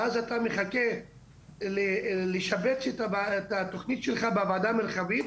ואז אתה מחכה לשבץ את התכנית שלך בוועדה המרחבית.